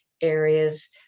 areas